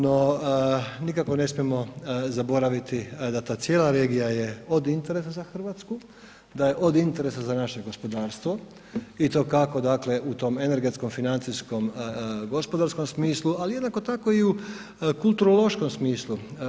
No, nikako ne smijemo zaboraviti da je ta cijela regija od interesa za Hrvatsku, da je od interesa za naše gospodarstvo i to kako u tom energetskom, financijskom, gospodarskom smislu, ali jednako tako i u kulturološkom smislu.